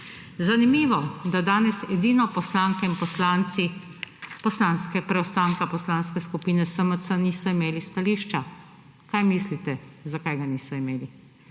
Zanimivo, da danes edino poslanke in poslanci preostanka Poslanske skupine SMC niso imeli stališča. Kaj mislite, zakaj ga niso imeli?